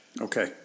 Okay